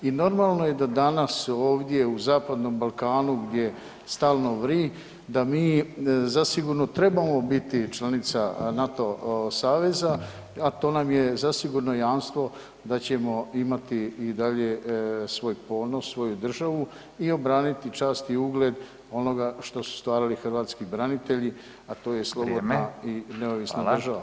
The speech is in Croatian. I normalno je da danas ovdje u Zapadnom Balkanu gdje stalno vri da mi zasigurno trebamo biti članica NATO saveza, a to nam je zasigurno jamstvo da ćemo imati i dalje svoj ponos, svoju državu i obraniti čast i ugled onoga što su stvarali hrvatski branitelji, a to je slobodna i neovisna država.